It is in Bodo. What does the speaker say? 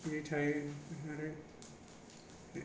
बिदि थायो आरो